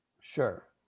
Sure